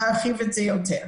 להרחיב את זה יותר.